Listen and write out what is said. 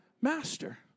master